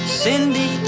cindy